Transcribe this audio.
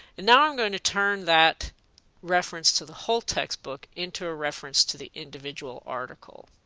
now i'm going to turn that reference to the whole textbook into a reference to the individual article.